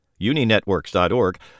UniNetworks.org